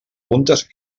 puntes